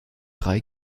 drei